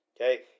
okay